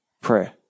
prayer